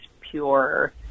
pure